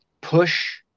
push